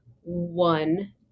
one